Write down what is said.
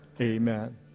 amen